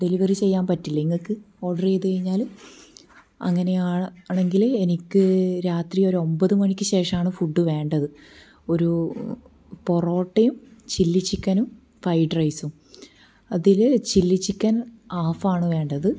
delivery ചെയ്യാൻ പറ്റില്ലേ ഇങ്ങക്ക് ഓർഡർ ചെയ്തുകഴിഞ്ഞാൽ അങ്ങനെയാണെങ്കിൽ എനിക്ക് രാത്രി ഒരു ഒൻപത് മണിക്ക് ശേഷമാണ് ഫുഡ് വേണ്ടത് ഒരു പൊറോട്ടയും ചില്ലി ചിക്കനും ഫെയ്ഡ് റൈസും അതിൽ ചില്ലി ചിക്കൻ ഹാഫ് ആണ് വേണ്ടത്